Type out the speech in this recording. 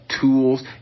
Tools